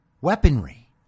Weaponry